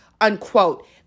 unquote